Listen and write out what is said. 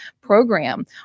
program